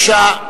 בבקשה.